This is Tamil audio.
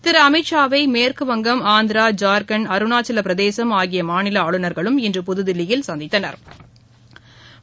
திருஅமித்ஷா வை மேற்குவங்கம் ஆந்திரா ஜார்க்கண்ட் அருணாச்சலபிரதேசம் ஆகியமாநிலங்களின் ஆளுநா்களும் இன்று புதுதில்லியில் சந்தித்தனா்